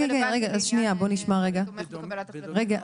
בדומה לאפוטרופסות,